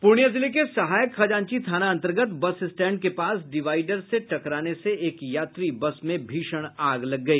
पूर्णिया जिले के सहायक खजांची थाना अन्तर्गत बस स्टैंड के पास डिवाईडर से टकराने से एक यात्री बस में भीषण आग लग गई